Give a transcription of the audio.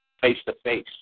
face-to-face